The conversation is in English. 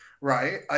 Right